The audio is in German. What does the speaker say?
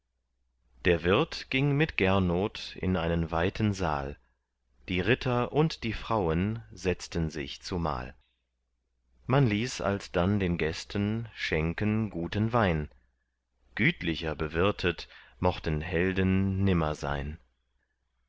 der wirt ging mit gernot in einen weiten saal die ritter und die frauen setzten sich zumal man ließ alsdann den gästen schenken guten wein gütlicher bewirtet mochten helden nimmer sein